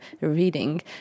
reading